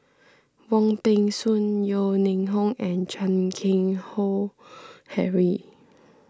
Wong Peng Soon Yeo Ning Hong and Chan Keng Howe Harry